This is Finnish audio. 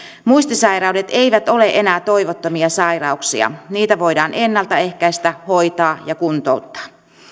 muistisairaudet eivät ole enää toivottomia sairauksia niitä voidaan ennaltaehkäistä hoitaa ja kuntouttaa